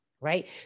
right